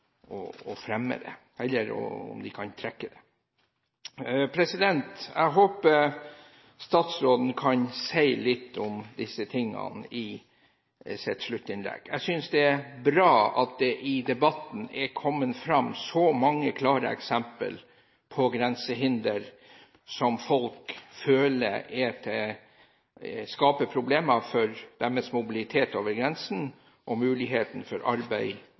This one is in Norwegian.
å fremme det, eller om de kan trekke det. Jeg håper statsråden kan si litt om disse tingene i sitt sluttinnlegg. Jeg synes det er bra at det i debatten er kommet fram så mange klare eksempler på grensehindre som folk føler skaper problemer for mobilitet over grensene og muligheter for arbeid